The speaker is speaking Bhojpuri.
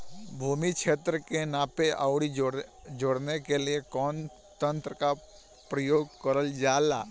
भूमि क्षेत्र के नापे आउर जोड़ने के लिए कवन तंत्र का प्रयोग करल जा ला?